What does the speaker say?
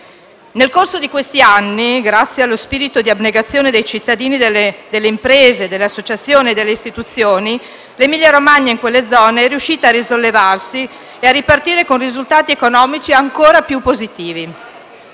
Nel corso di questi anni, grazie allo spirito di abnegazione dei cittadini, delle imprese, delle associazioni e delle istituzioni, l'Emilia-Romagna è riuscita a risollevarsi in quelle zone, ripartendo con risultati economici ancora più positivi.